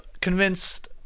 convinced